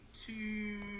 two